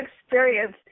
experience